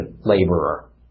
laborer